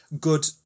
good